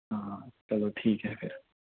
ਹਾਂ ਚਲੋ ਠੀਕ ਹੈ ਫਿਰ